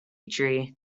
tree